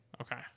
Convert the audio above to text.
Okay